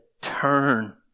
turn